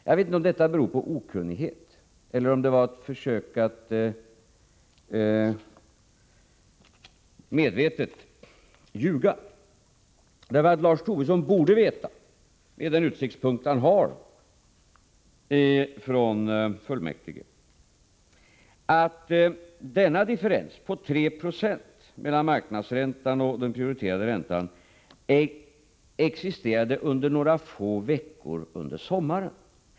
Jag vet inte om detta beror på okunnighet eller om det är ett försök att medvetet ljuga. Tobisson borde veta, med den utsiktspunkt han har i riksgäldsfullmäktige, att denna differens på 3 Zo mellan marknadsräntan och den prioriterade räntan existerade några få veckor under sommaren.